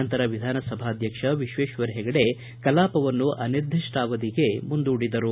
ನಂತರ ವಿಧಾನಸಭಾಧ್ಯಕ್ಷ ವಿಶ್ವೇಶ್ವರ ಹೆಗಡೆ ಕಲಾಪವನ್ನು ಅನಿರ್ದಿಷ್ಠಾವಧಿಗೆ ಮುಂದೂಡಿದರು